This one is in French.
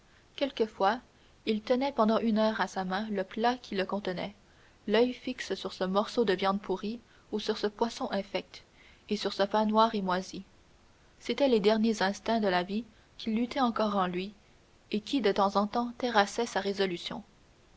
quelquefois il tenait pendant une heure à sa main le plat qui le contenait l'oeil fixé sur ce morceau de viande pourrie ou sur ce poisson infect et sur ce pain noir et moisi c'étaient les derniers instincts de la vie qui luttaient encore en lui et qui de temps en temps terrassaient sa résolution